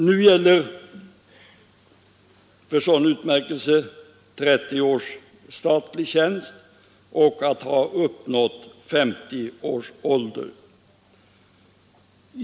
Nu gäller för sådan utmärkelse 30 års statlig tjänst och att man har uppnått 50 års ålder.